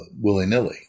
willy-nilly